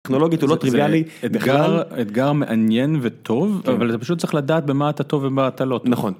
טכנולוגית הוא לא טריוויאלי, אתגר מעניין וטוב, אבל אתה פשוט צריך לדעת במה אתה טוב ומה אתה לא טוב. נכון.